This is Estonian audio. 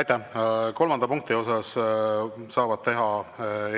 Aitäh! Kolmanda punkti puhul saavad teha